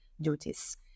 duties